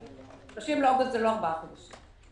30 באוגוסט זה לא ארבעה חודשים.